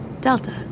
Delta